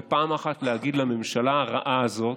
ופעם אחת להגיד לממשלה הרעה הזאת,